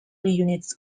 units